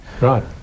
Right